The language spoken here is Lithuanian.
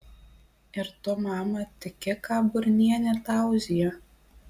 ir tu mama tiki ką burnienė tauzija